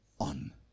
on